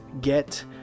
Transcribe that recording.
get